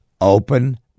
Open